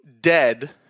dead